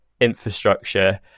infrastructure